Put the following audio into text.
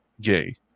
gay